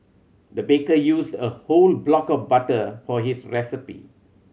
the baker used a whole block of butter for his recipe